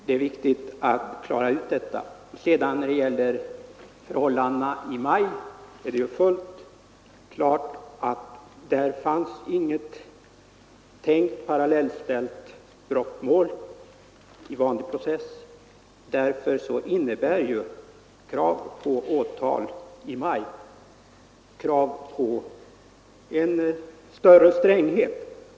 Det är viktigt att reda ut detta. Beträffande förhållandena i maj är det fullt klart att då inte fanns något tänkt parallellställt brottmål. Därför innebär ett krav på åtal i maj ett krav på en större stränghet.